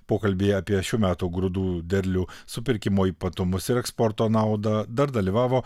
pokalbyje apie šių metų grūdų derlių supirkimo ypatumus ir eksporto naudą dar dalyvavo